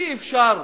אי-אפשר,